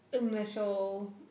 initial